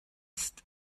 ist